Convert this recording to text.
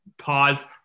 pause